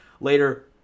later